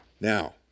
Now